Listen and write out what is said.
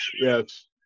yes